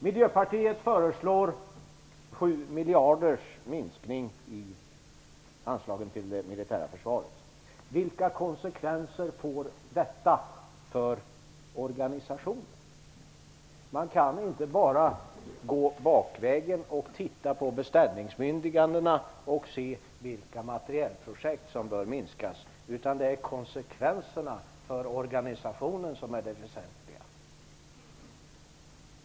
Miljöpartiet föreslår en minskning av anslaget till det militära försvaret på 7 miljarder kronor. Vilka konsekvenser får det för organisationen? Man kan inte bara gå bakvägen och titta på beställningbemyndigandena och se vilka materielprojekt som bör minskas. Det är konsekvenserna för organisationen som är det väsentliga.